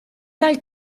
tal